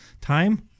time